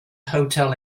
hotel